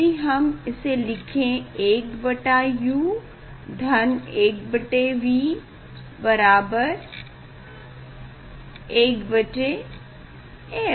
यदि हम इसे लिखे 1 बटे u धन 1 बटे v बराबर इ बटे f